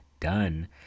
done